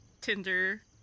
tinder